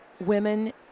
women